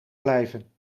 blijven